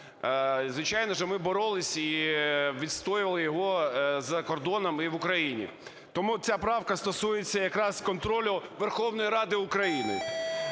звичайно, що ми боролися і відстоювали його за кордоном і в Україні. Тому ця правка стосується якраз контролю Верховної Ради України,